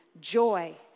joy